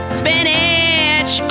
spinach